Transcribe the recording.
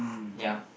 ya